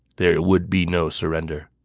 there would be no surrender!